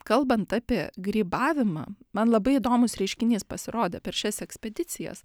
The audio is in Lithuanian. kalbant apie grybavimą man labai įdomus reiškinys pasirodė per šias ekspedicijas